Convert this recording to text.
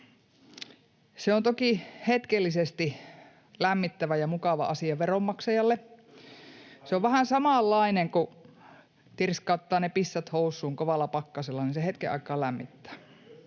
Se on toki hetkellisesti lämmittävä ja mukava asia veronmaksajalle. [Miko Bergbom: Kyllä!] Se on vähän samanlainen kuin tirskauttaa ne pissat housuun kovalla pakkasella, se hetken aikaa lämmittää.